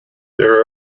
there